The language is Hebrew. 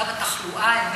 גבוה